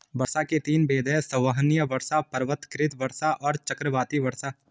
वर्षा के तीन भेद हैं संवहनीय वर्षा, पर्वतकृत वर्षा और चक्रवाती वर्षा